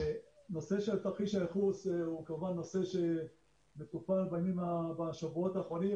נושא של תרחיש הייחוס הוא כמובן נושא שמטופל בשבועות האחרונים,